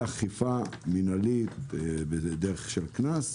שתהיה אכיפה מינהלית בדרך של קנס,